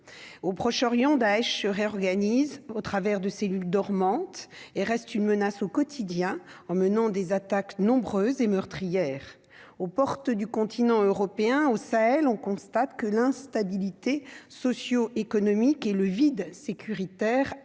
au Proche-Orient Daech réorganise au travers de cellules dormantes et reste une menace au quotidien en menant des attaques nombreuses et meurtrière aux portes du continent européen au Sahel, on constate que l'instabilité socio-économique et le vide sécuritaire